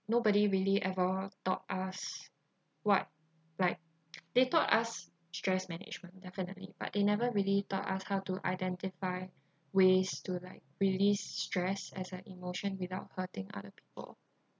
nobody really ever taught us what like they taught us stress management definitely but they never really taught us how to identify ways to release stress as an emotion without hurting other people